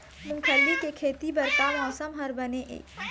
मूंगफली के खेती बर का मौसम हर बने ये?